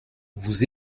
vous